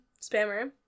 spammer